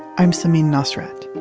i'm samin nosrat,